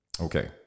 Okay